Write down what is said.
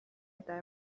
eta